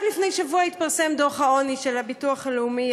רק לפני שבוע התפרסם דוח העוני של הביטוח הלאומי.